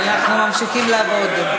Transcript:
אבל אנחנו ממשיכים לעבוד.